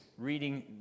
Reading